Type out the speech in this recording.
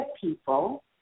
people